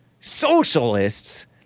socialists